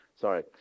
Sorry